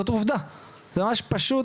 זאת עובדה וזה ממש פשוט,